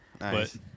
Nice